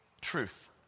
truth